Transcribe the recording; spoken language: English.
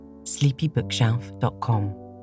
sleepybookshelf.com